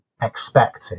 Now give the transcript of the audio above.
expected